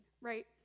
right